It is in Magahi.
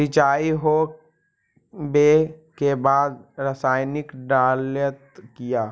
सीचाई हो बे के बाद रसायनिक डालयत किया?